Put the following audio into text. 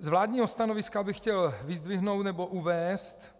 Z vládního stanoviska bych chtěl vyzdvihnout, nebo uvést,